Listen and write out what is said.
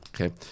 okay